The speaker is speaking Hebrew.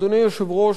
אדוני היושב-ראש,